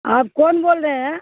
آپ کون بول رہے ہیں